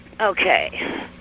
Okay